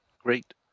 Great